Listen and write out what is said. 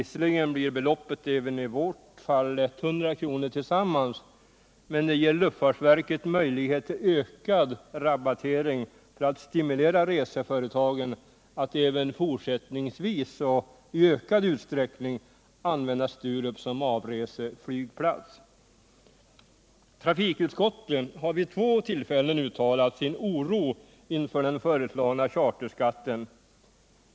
Visserligen blir beloppet även i det fallet 100 kr. tillsammans, men det ger luftfartsverket möjlighet till ökad rabattering för att stimulera reseföretagen att även fortsättningsvis och i ökad utsträckning använda Sturup som avreseflygplats. Trafikutskottet har vid två tillfällen uttalat sin oro inför den föreslagna charterskatten.